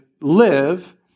live